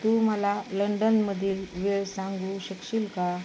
तू मला लंडनमधील वेळ सांगू शकशील का